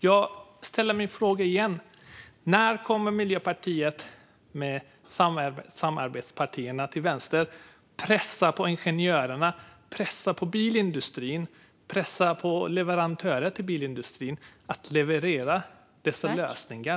Jag ställer min fråga igen: När kommer Miljöpartiet och dess samarbetspartier till vänster att pressa ingenjörer, bilindustrin och dess leverantörer att leverera dessa lösningar?